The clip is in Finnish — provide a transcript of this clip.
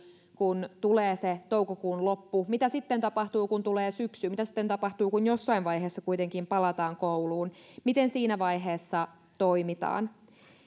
kun tulee se toukokuun loppu mitä sitten tapahtuu kun tulee syksy mitä sitten tapahtuu kun jossain vaiheessa kuitenkin palataan kouluun miten siinä vaiheessa toimitaan